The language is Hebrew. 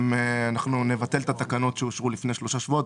אנחנו נבטל את התקנות שאושרו לפני שלושה שבועות,